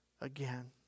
again